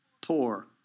poor